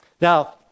Now